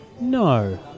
No